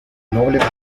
noble